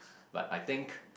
but I think